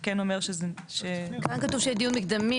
כן אומר --- כאן כתוב שיהיה דיון מקדמי,